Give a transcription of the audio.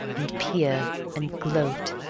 and peer and gloat,